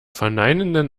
verneinenden